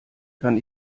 kann